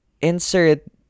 insert